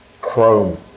Chrome